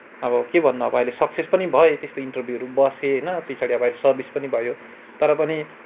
अब के भन्नु अब सक्सेस पनि भएँ त्यस्तो इन्टरभ्यूहरू पनि बसेँ पछाडि अब सर्भिस पनि भयो तर पनि